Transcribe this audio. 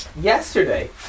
Yesterday